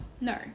No